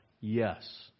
Yes